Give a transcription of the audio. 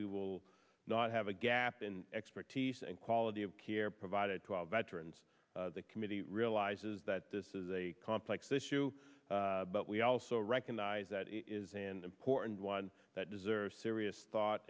we will not have a gap in expertise and quality of care provided to all veterans the committee realizes that this is a complex issue but we also recognize that it is an important one that deserves serious thought